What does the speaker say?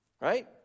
right